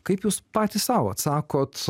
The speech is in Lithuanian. kaip jūs patys sau atsakot